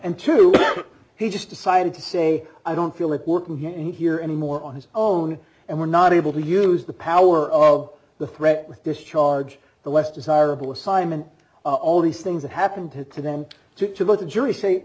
and two he just decided to say i don't feel it working hand here anymore on his own and we're not able to use the power of the threat with this charge the less desirable assignment all these things that happened to them to let the jury say